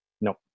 No